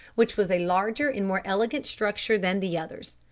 which was a larger and more elegant structure than the others.